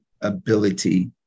ability